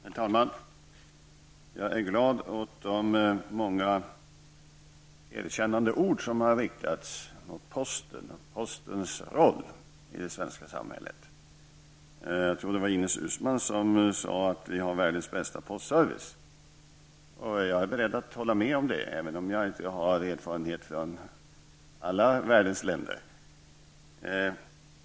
Herr talman! Jag är glad åt de många erkännande ord som har riktats mot posten och postens roll i det svenska samhället. Jag tror att det var Ines Uusmann som sade att vi har världens bästa postservice. Jag är beredd att hålla med om det, även om jag inte har erfarenhet från alla världens länder.